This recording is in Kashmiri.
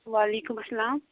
وعلیکُم اَسلام